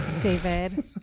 David